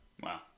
Wow